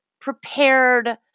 prepared